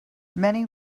many